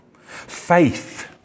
Faith